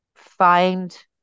Find